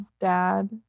dad